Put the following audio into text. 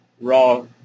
Raw